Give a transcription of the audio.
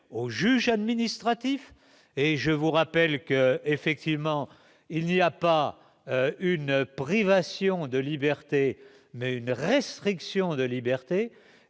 au juge administratif et je vous rappelle qu'effectivement il n'y a pas une privation de liberté, mais une restriction de liberté